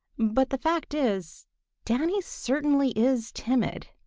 but the fact is danny certainly is timid.